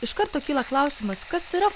iš karto kyla klausimas kas yra